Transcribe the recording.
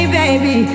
baby